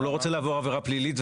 הוא לא רוצה לעבור עבירה פלילית,